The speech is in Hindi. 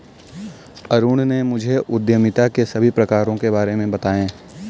अरुण ने मुझे उद्यमिता के सभी प्रकारों के बारे में बताएं